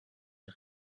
der